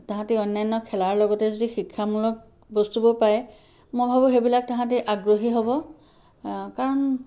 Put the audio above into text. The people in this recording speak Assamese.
তাহাঁতি অন্যান্য খেলাৰ লগতে যি শিক্ষামূলক বস্তুবোৰ পায় মই ভাবো সেইবিলাক তাহাঁতি আগ্ৰহী হ'ব কাৰণ